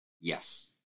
Yes